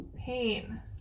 pain